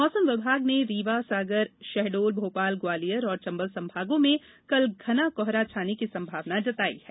मौसम विभाग ने रीवा सागर शहडोल भोपाल ग्वालियर और चंबल संभागों में कल घना कोहरा छाने की संभावना जताई है